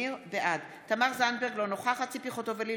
תמר זנדברג, אינה נוכחת ציפי חוטובלי,